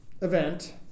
event